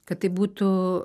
kad tai būtų